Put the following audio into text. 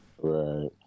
Right